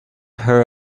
her